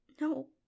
no